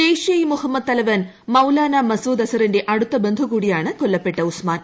ജെയ്ഷെ ഇ മൊഹമ്മദ് തലവൻ മൌലാന മസൂദ് അസറിന്റെ അടുത്ത ബന്ധു കൂടിയാണ് കൊല്ലപ്പെട്ട ഉസ്മാൻ